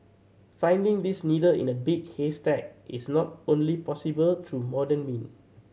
finding this needle in a big haystack is not only possible through modern mean